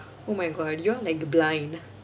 oh my god you're like blind